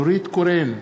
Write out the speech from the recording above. נורית קורן,